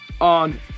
on